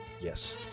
Yes